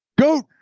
Goat